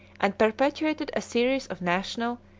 and perpetuated a series of national,